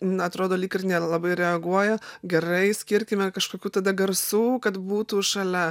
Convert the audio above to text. na atrodo lyg ir nelabai reaguoja gerai skirkime kažkokių tada garsų kad būtų šalia